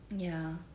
ya